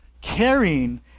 caring